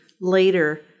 later